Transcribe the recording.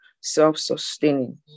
self-sustaining